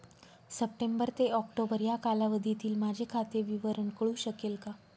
September ते October या कालावधीतील माझे खाते विवरण कळू शकेल का?